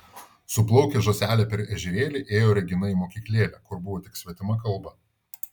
su plaukė žąselė per ežerėlį ėjo regina į mokyklėlę kur buvo tik svetima kalba